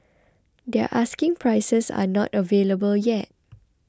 their asking prices are not available yet